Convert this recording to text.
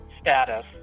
status